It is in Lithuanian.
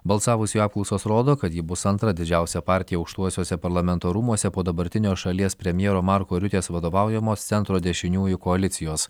balsavusiųjų apklausos rodo kad ji bus antra didžiausia partija aukštuosiuose parlamento rūmuose po dabartinio šalies premjero marko riutės vadovaujamos centro dešiniųjų koalicijos